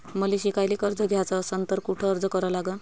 मले शिकायले कर्ज घ्याच असन तर कुठ अर्ज करा लागन?